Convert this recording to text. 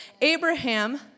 Abraham